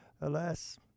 Alas